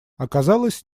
оказалось